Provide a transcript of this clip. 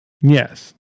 Yes